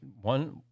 one